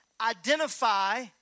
identify